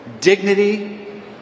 dignity